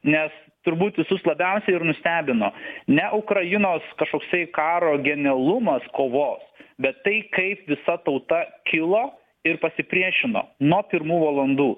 nes turbūt visus labiausiai ir nustebino ne ukrainos kažkoksai karo genialumas kovos bet tai kaip visa tauta kilo ir pasipriešino nuo pirmų valandų